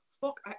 Fuck